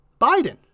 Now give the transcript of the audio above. Biden